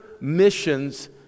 missions